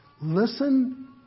Listen